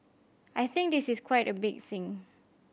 I think this is quite a big thing